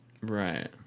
Right